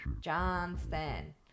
Johnston